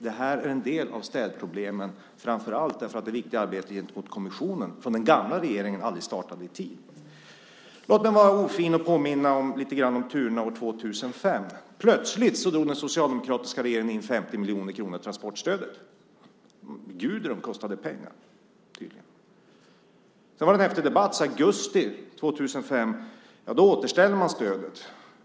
Det här är en del av städproblemen, framför allt därför att det viktiga arbetet från den gamla regeringen gentemot kommissionen aldrig startade i tid. Låt mig vara ofin och påminna lite grann om turerna år 2005. Plötsligt drog den socialdemokratiska regeringen in 50 miljoner kronor av transportstödet. Stormen Gudrun kostade pengar. Sedan var det en häftig debatt, så i augusti 2005 återställde man stödet.